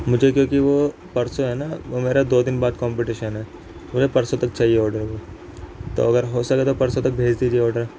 مجھے کیوںکہ وہ پرسوں ہے نا وہ میرا دو دن بعد کمپٹیشن ہے مجھے پرسوں تک چاہیے آڈر وہ تو اگر ہو سکے تو پرسوں تک بھیج دیجیے آڈر